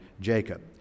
Jacob